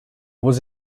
was